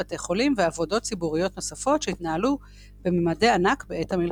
בתי חולים ועבודות ציבוריות נוספות שהתנהלו בממדי ענק בעת המלחמה.